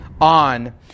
on